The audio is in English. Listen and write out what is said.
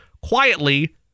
quietly